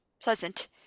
pleasant